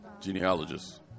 genealogist